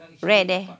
rent eh